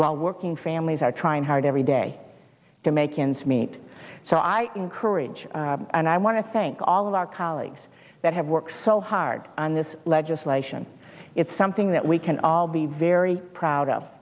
while working families are trying hard every day to make ends meet so i encourage and i want to thank all of our colleagues that have worked so hard on this legislation it's something that we can all be very proud of